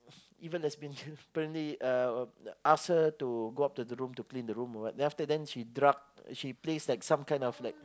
even lesbian apparently uh ask her to go up to the room to clean the room or what then after that she drugged she place like some kind of like